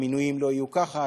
המינויים לא יהיו ככה,